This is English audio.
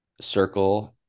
circle